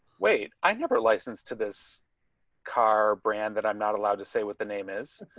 wait, i never licensed to this car brand that i'm not allowed to say what the name is